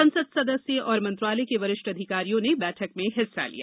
संसद सदस्य और मंत्रालय के वरिष्ठ अधिकारियों ने बैठक में हिस्सा लिया